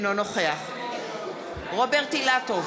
אינו נוכח רוברט אילטוב,